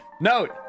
note